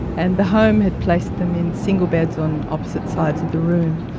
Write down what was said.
and the home had placed them in single beds on opposite sides of the room,